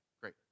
great